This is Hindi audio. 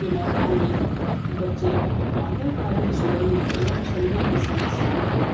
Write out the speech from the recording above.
के मैदान में बच्चे प्रातः कालीन सुबह में एवं संध्या के समय शाम को